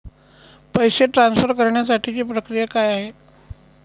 पैसे ट्रान्सफर करण्यासाठीची प्रक्रिया काय आहे?